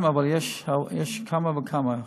בירושלים יש כמה וכמה.